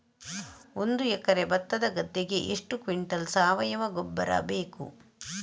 ಒಂದು ಎಕರೆ ಭತ್ತದ ಗದ್ದೆಗೆ ಎಷ್ಟು ಕ್ವಿಂಟಲ್ ಸಾವಯವ ಗೊಬ್ಬರ ಬೇಕು?